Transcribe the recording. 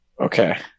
Okay